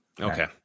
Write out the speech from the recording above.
Okay